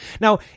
Now